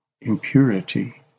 impurity